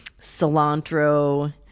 cilantro